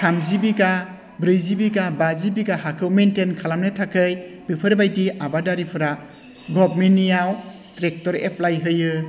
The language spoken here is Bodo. थामजि बिघा ब्रैजि बिघा बाजि बिघा हाखौ मेनटेन खालामनो थाखाय बेफोरबायदि आबादारिफोरा गभार्नमेन्टयाव ट्रेक्टर एप्लाइ होयो